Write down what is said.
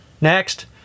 Next